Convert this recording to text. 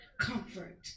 comfort